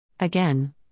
Again